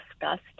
discussed